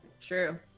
True